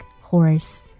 horse